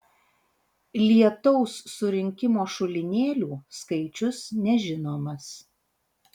lietaus surinkimo šulinėlių skaičius nežinomas